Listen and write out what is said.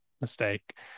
mistake